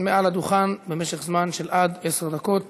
מעל הדוכן במשך זמן של עד עשר דקות